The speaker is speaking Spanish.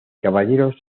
caballeros